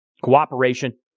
cooperation